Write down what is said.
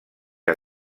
que